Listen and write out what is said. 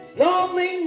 lonely